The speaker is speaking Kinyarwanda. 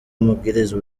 amabwiriza